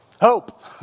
Hope